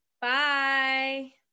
Bye